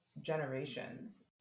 generations